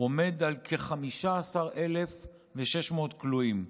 ועומד על כ-15,600 כלואים.